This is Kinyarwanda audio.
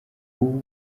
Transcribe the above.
ubu